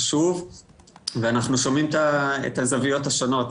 חשוב ואנחנו שומעים את הזוויות השונות,